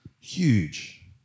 huge